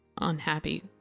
Unhappy